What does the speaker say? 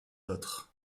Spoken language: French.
autres